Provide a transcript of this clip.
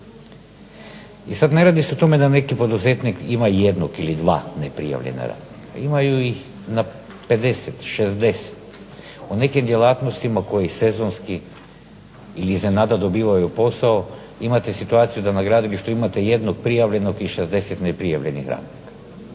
I sad ne radi se o tome da neki poduzetnik ima jednog ili dva neprijavljena radnika, imaju ih na 50, 60, u nekim djelatnostima koji sezonski ili iznenada dobivaju posao, imate situaciju da na gradilištu imate jednog prijavljenog i 60 neprijavljenih radnika.